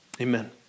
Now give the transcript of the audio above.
Amen